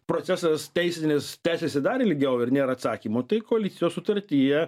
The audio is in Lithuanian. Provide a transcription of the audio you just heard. procesas teisinis tęsiasi dar ilgiau ir nėra atsakymo tai koalicijos sutartyje